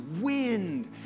wind